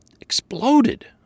exploded